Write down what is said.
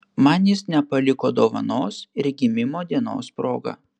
man jis nepaliko dovanos ir gimimo dienos proga